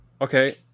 Okay